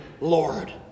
Lord